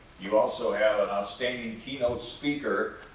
you also have an outstanding keynote speaker,